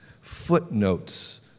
footnotes